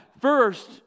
First